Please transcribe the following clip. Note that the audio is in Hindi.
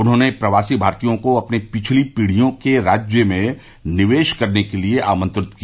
उन्होंने प्रवासी भारतीयों को अपनी पिछली पीढ़ियों के राज्य में निवेश करने के लिए आमंत्रित किया